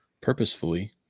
purposefully